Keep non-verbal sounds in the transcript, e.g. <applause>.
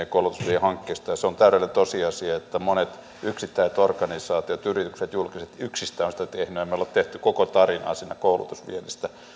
<unintelligible> ja koulutusviennin hankkeesta ja se on täydellinen tosiasia että monet yksittäiset organisaatiot yritykset ja julkiset yksistään ovat sitä tehneet emme me ole tehneet koko tarinaa koulutusviennistä